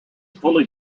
fully